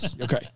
Okay